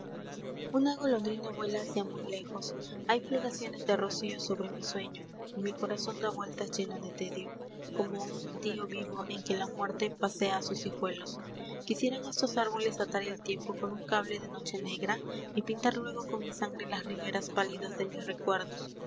a golondrina vuela hacia muy lejos hay floraciones de rocío sobre mi sueño y mi corazón da vueltas lleno de tedio como un tío vivo en que la muerte pasea a sus hijuelos quisiera en estos árboles atar al tiempo con un cable de noche negra y pintar luego con mi sangre las riberas pálidas de mis recuerdos